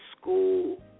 school